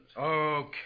Okay